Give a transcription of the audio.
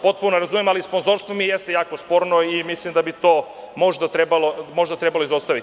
Potpuno razumem to, ali sponzorstvo mi je jako sporno i mislim da bi to možda trebalo izostaviti.